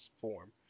form